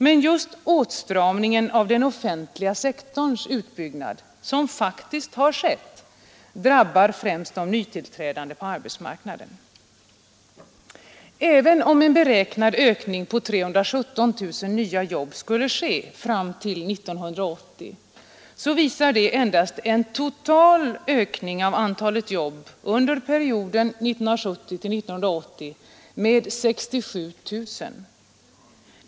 Men just åtstramningen av den offentliga sektorns utbyggnad — som faktiskt har inträffat — drabbar främst de nytillträdande på arbetsmarknaden. Även om en beräknad ökning på 317 000 nya jobb skulle ske fram till 1980, visar det endast en total ökning av antalet jobb under perioden 1970—1980 med 67 000.